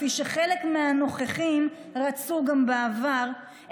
כפי שחלק מהנוכחים רצו גם בעבר,